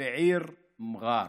בעיר מע'אר.